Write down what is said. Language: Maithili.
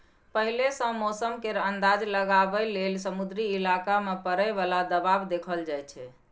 पहिले सँ मौसम केर अंदाज लगाबइ लेल समुद्री इलाका मे परय बला दबाव देखल जाइ छै